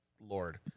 Lord